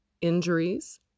injuries